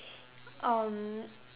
um